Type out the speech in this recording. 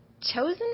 chosen